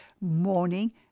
morning